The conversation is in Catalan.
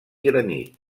granit